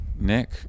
Nick